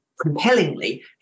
compellingly